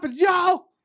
y'all